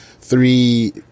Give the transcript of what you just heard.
three